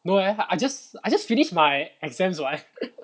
no leh I just I just finished my exams [what]